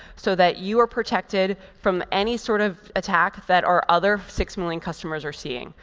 so that you are protected from any sort of attack that our other six million customers are seeing.